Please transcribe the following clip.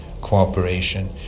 cooperation